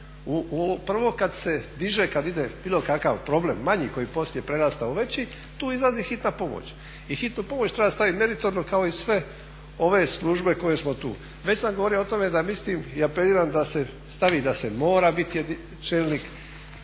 prvo kad se diže, kad ide bilo kakav problem manji koji poslije prerasta u veći tu izlazi hitna pomoć. I hitnu pomoć treba stavit meritorno kao i sve ove službe koje smo tu. Već sam govorio o tome da mislim i apeliram da se stavi da